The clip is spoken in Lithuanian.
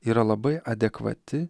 yra labai adekvati